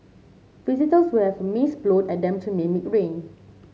visitors will have mist blown at them to mimic rain